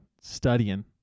Studying